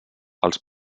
els